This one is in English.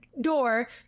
door